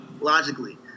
logically